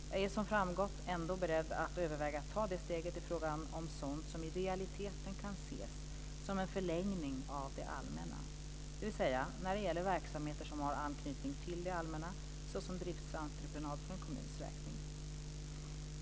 Jag är som framgått ändå beredd att överväga att ta det steget i fråga om sådant som i realiteten kan ses som en förlängning av det allmänna, dvs. när det gäller verksamheter som har anknytning till det allmänna såsom driftsentreprenad för en kommuns räkning.